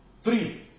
Three